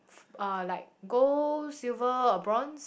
uh like gold silver or bronze